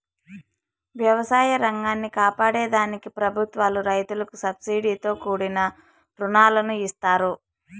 వ్యవసాయ రంగాన్ని కాపాడే దానికి ప్రభుత్వాలు రైతులకు సబ్సీడితో కూడిన రుణాలను ఇస్తాయి